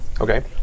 Okay